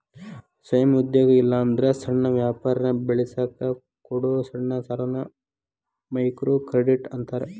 ಸ್ವಯಂ ಉದ್ಯೋಗ ಇಲ್ಲಾಂದ್ರ ಸಣ್ಣ ವ್ಯಾಪಾರನ ಬೆಳಸಕ ಕೊಡೊ ಸಣ್ಣ ಸಾಲಾನ ಮೈಕ್ರೋಕ್ರೆಡಿಟ್ ಅಂತಾರ